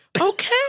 Okay